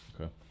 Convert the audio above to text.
Okay